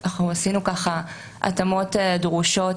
עשינו התאמות דרושות,